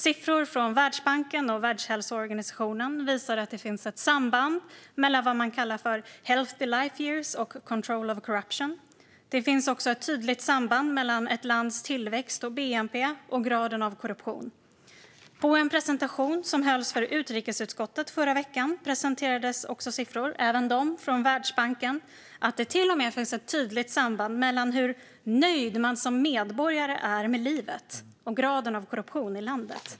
Siffror från Världsbanken och Världshälsoorganisationen visar att det finns ett samband mellan det som kallas healthy life years och control of corruption. Det finns också ett tydligt samband mellan ett lands tillväxt och bnp och graden av korruption. På en presentation som hölls för utrikesutskottet förra veckan presenterades siffror, också från Världsbanken, som visade att det till och med finns ett tydligt samband mellan hur nöjd man som medborgare är med livet och graden av korruption i landet.